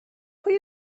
pwy